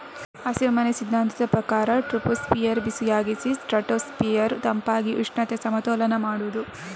ಹಸಿರುಮನೆ ಸಿದ್ಧಾಂತದ ಪ್ರಕಾರ ಟ್ರೋಪೋಸ್ಫಿಯರ್ ಬಿಸಿಯಾಗಿಸಿ ಸ್ಟ್ರಾಟೋಸ್ಫಿಯರ್ ತಂಪಾಗಿಸಿ ಉಷ್ಣತೆ ಸಮತೋಲನ ಮಾಡುದು